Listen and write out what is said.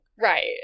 Right